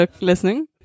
listening